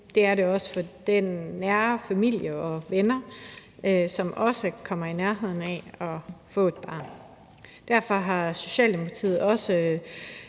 Det er det også for den nære familie og venner, som også kommer i nærheden af det at få et barn. Derfor har Socialdemokratiet også